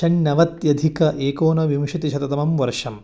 शण्णवत्यधिक एकोनविंशतिशततमं वर्षम्